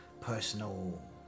personal